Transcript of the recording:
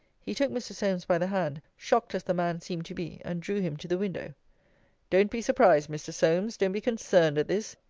he took mr. solmes by the hand, shocked as the man seemed to be, and drew him to the window don't be surprised, mr. solmes, don't be concerned at this.